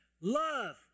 love